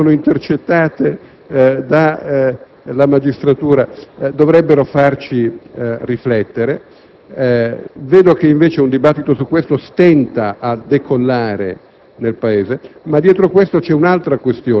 sono spiati e le cui telefonate sono intercettate dalla magistratura, dovrebbero farci riflettere. Vedo invece che un dibattito al riguardo stenta a decollare